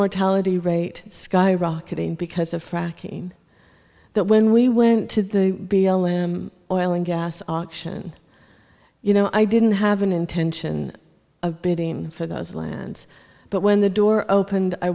mortality rate skyrocketing because of fracking that when we went to the b l m oil and gas auction you know i didn't have an intention of bidding for those lands but when the door open